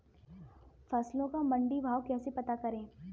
फसलों का मंडी भाव कैसे पता करें?